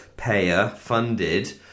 Payer-funded